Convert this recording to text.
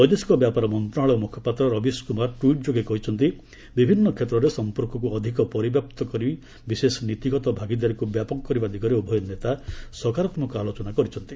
ବୈଦେଶିକ ବ୍ୟାପାର ମନ୍ତ୍ରଣାଳୟ ମୁଖପାତ୍ର ରବିଶ୍ କୁମାର ଟ୍ୱିଟ୍ ଯୋଗେ କହିଛନ୍ତି ବିଭିନ୍ନ କ୍ଷେତ୍ରରେ ସଂପର୍କକୁ ଅଧିକ ପରିବ୍ୟାପ୍ତ କରି ବିଶେଷ ନୀତିଗତ ଭାଗିଦାରୀକୁ ବ୍ୟାପକ କରିବା ଦିଗରେ ଉଭୟ ନେତା ସକାରାତ୍ମକ ଆଲୋଚନା କରିଛନ୍ତି